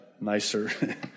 nicer